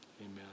Amen